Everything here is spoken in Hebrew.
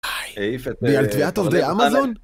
העיף את אה..? על תביעת עובדי אמאזון?